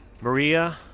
Maria